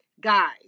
Guys